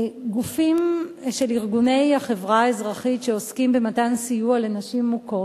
גופים של ארגוני החברה האזרחית שעוסקים במתן סיוע לנשים מוכות.